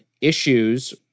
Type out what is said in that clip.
issues